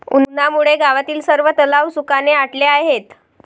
उन्हामुळे गावातील सर्व तलाव सुखाने आटले आहेत